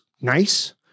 nice